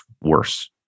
worse